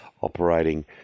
operating